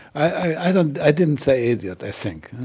i don't i didn't say idiot, i think,